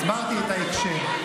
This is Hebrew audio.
הסברתי את ההקשר.